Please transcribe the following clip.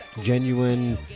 genuine